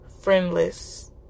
friendless